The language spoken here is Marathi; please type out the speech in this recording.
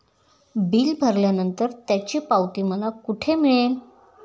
बिल भरल्यानंतर त्याची पावती मला कुठे मिळेल?